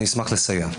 אשמח לסייע.